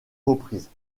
reprises